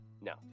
No